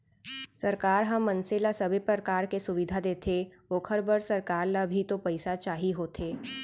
सरकार ह मनसे ल सबे परकार के सुबिधा देथे ओखर बर सरकार ल भी तो पइसा चाही होथे